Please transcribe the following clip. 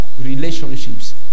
relationships